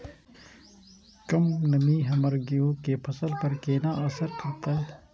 कम नमी हमर गेहूँ के फसल पर केना असर करतय?